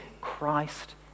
Christ